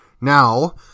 now